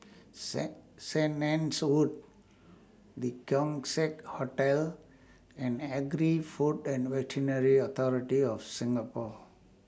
Saint Saint Anne's Wood The Keong Saik Hotel and Agri Food and Veterinary Authority of Singapore